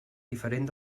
diferent